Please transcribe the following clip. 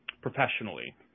professionally